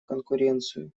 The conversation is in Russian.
конкуренцию